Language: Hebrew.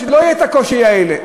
לא יהיו הקשיים האלה.